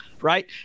right